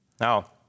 Now